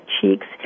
cheeks